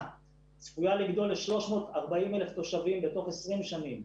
צפויה לגדול ל-340,000 תושבים בתוך 20 שנים,